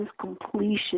completion